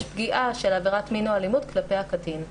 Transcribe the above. פגיעה של עבירת מין או אלימות כלפי הקטין.